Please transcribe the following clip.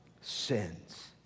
sins